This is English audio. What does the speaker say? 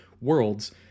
worlds